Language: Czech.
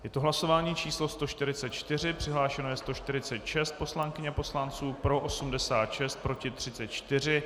Je to hlasování číslo 144, přihlášeno je 146 poslankyň a poslanců, pro 86, proti 34.